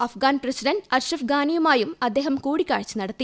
Afghan president Ashraf ഗാനിയുമായും അദ്ദേഹം കൂടിക്കാഴ്ച നടത്തി